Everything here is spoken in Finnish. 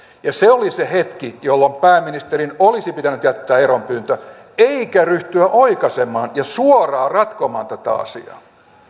ja se oli se hetki jolloin pääministerin olisi pitänyt jättää eronpyyntö eikä ryhtyä oikaisemaan ja suoraan ratkomaan tätä asiaa